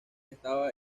estaba